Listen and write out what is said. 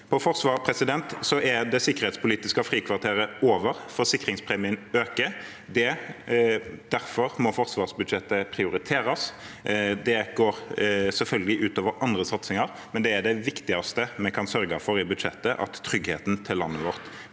forsvar er det sikkerhetspolitiske frikvarteret over. Forsikringspremien øker, og derfor må forsvarsbudsjettet prioriteres. Det går selvfølgelig ut over andre satsinger, men det er det viktigste vi kan sørge for i budsjettet, at tryggheten til landet vårt